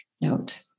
note